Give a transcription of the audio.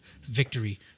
victory